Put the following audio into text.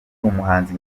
umuhanzi